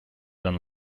than